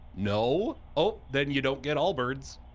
no? oh, then you don't get allbirds.